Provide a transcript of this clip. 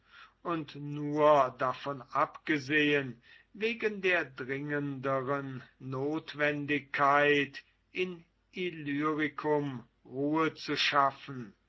und nur davon abgesehen wegen der dringenderen notwendigkeit in illyricum ruhe zu schaffen